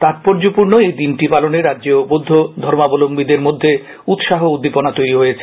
তাৎপর্য্যপূর্ণ এই দিনটি পালনে রাজ্যেও বৌদ্ধ ধর্মাবলম্বীদের মধ্যে উৎসাহ উদ্দীপনা তৈরী হয়েছে